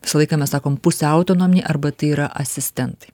visą laiką mes sakom pusiau autonominį arba tai yra asistentai